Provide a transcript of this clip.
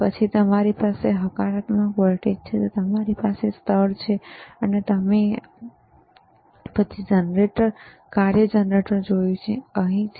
પછી તમારી પાસે હકારાત્મક વોલ્ટેજ છે તમારી પાસે સ્તર છે અને પછી અમે કાર્ય જનરેટર જોયું છે જે અહીં જ છે